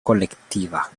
colectiva